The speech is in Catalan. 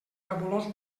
fabulós